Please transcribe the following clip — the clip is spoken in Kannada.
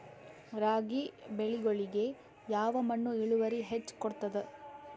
ರಾಗಿ ಬೆಳಿಗೊಳಿಗಿ ಯಾವ ಮಣ್ಣು ಇಳುವರಿ ಹೆಚ್ ಕೊಡ್ತದ?